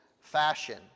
fashion